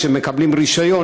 כשהם מקבלים רישיון,